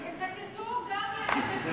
יצטטו גם יצטטו.